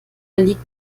liegt